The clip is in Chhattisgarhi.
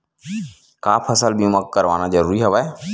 का फसल बीमा करवाना ज़रूरी हवय?